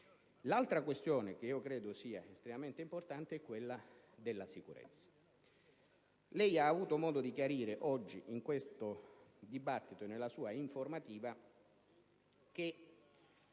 L'altra questione che credo sia estremamente importante è quella della sicurezza. Lei ha avuto modo di chiarire oggi nella sua informativa che